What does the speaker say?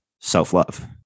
self-love